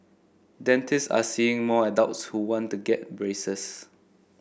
dentists are seeing more adults who want to get braces